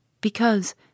because